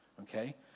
okay